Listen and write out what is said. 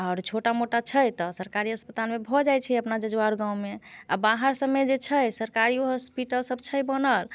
आओर छोटा मोटा छै तऽ सरकारी अस्पतालमे भऽ जाइ छै अपना जजुआर गाँवमे आ बाहर सभमे जे छै सरकारियो हॉस्पिटल सभ छै बनल